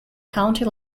county